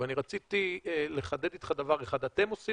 אבל אני רציתי לחדד איתך דבר אחד: אתם עושים